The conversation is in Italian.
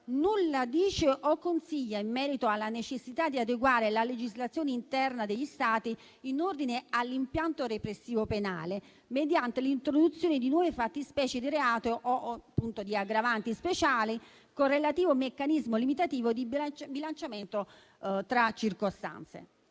nulla dice o consiglia in merito alla necessità di adeguare la legislazione interna degli Stati in ordine all'impianto repressivo penale mediante l'introduzione di nuove fattispecie di reato o di aggravanti speciali, con relativo meccanismo limitativo di bilanciamento tra circostanze,